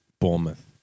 Bournemouth